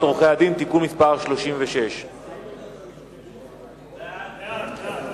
עורכי-הדין (תיקון מס' 36). ההצעה להעביר